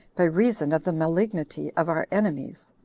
by reason of the malignity of our enemies.